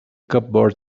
cupboard